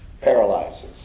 paralyzes